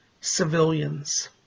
civilians